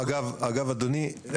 אגב אדוני,